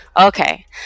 Okay